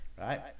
right